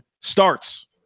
starts